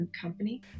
company